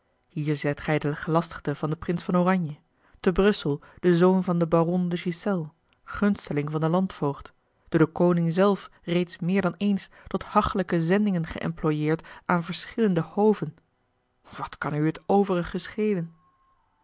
hier zijt gij de gelastigde van den prins van oranje te brussel de zoon van den baron de ghiselles gunsteling van den landvoogd door den koning zelf reeds meer dan eens tot hachelijke zendingen geëmployeerd aan verschillende hoven wat kan u het overige schelen